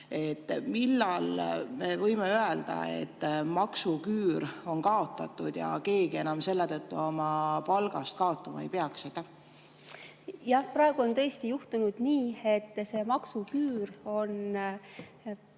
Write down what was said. Millal me võime öelda, et maksuküür on kaotatud ja keegi enam selle küüru tõttu oma palgas kaotama ei peaks? Jah, praegu on tõesti juhtunud nii, et see maksuküür on